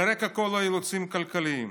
על רקע כל האילוצים הכלכליים.